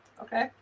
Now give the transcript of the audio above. Okay